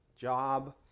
job